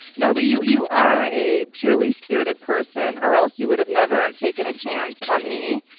no, but you you are a purely spirited person or else you would've never taken a chance on me.